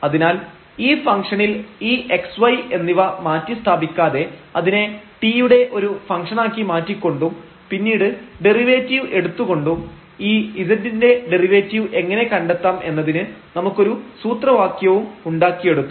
അതിനാൽ ഈ ഫംഗ്ഷനിൽ ഈ xy എന്നിവ മാറ്റി സ്ഥാപിക്കാതെ അതിനെ t യുടെ ഒരു ഫംഗ്ഷനാക്കി മാറ്റി കൊണ്ടും പിന്നീട് ഡെറിവേറ്റീവ് എടുത്തു കൊണ്ടും ഈ z ൻറെ ഡെറിവേറ്റീവ് എങ്ങനെ കണ്ടെത്താം എന്നതിന് നമുക്കൊരു സൂത്രവാക്യവും ഉണ്ടാക്കിയെടുക്കാം